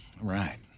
Right